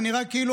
זה נראה כאילו